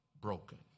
broken